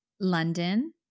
London